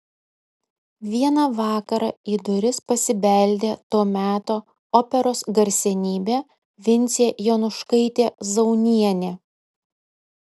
vieną vakarą į duris pasibeldė to meto operos garsenybė vincė jonuškaitė zaunienė